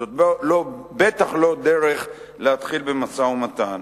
זאת בטח לא דרך להתחיל במשא-ומתן.